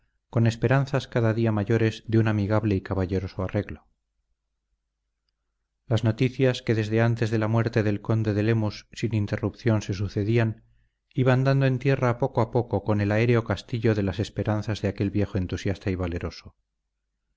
con esperanzas cada día mayores de un amigable y caballeroso arreglo las noticias que desde antes de la muerte del conde de lemus sin interrupción se sucedían iban dando en tierra poco a poco con el aéreo castillo de las esperanzas de aquel viejo entusiasta y valeroso